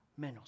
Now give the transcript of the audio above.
menos